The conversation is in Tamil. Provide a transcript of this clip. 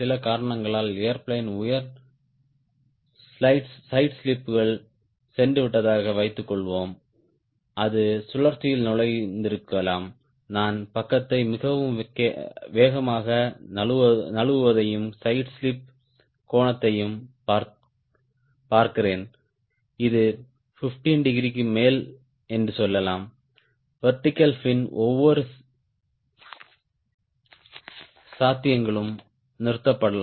சில காரணங்களால் ஏர்பிளேன் உயர் சைடு ஸ்லிப் குள் சென்றுவிட்டதாக வைத்துக்கொள்வோம் அது சுழற்சியில் நுழைந்திருக்கலாம் நான் பக்கத்தை மிக வேகமாக நழுவுவதையும் சைடு ஸ்லிப் கோணத்தையும் பார்க்கிறேன் இது 15 டிகிரிக்கு மேல் என்று சொல்லலாம் வெர்டிகல் பின் ஒவ்வொரு சாத்தியங்களும் நிறுத்தப்படலாம்